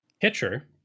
pitcher